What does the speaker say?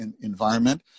environment